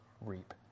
reap